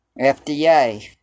FDA